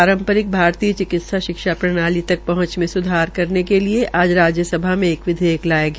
पांरपरिक भारतीय चिकित्सा शिक्षा प्रणाली तक पहंच में सुधार करने के लिये आज राज्यसभा में एक विधेयक लाया गया